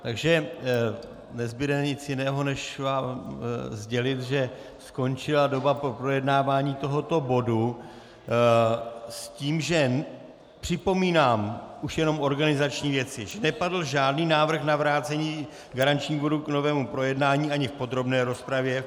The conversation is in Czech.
Takže nezbude nic jiného, než vám sdělit, že skončila doba pro projednávání tohoto bodu, s tím, že připomínám už jenom organizační věci že nepadl žádný návrh na vrácení garančnímu výboru k novému projednání ani v podrobné rozpravě.